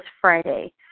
Friday